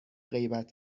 غیبت